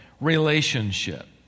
relationship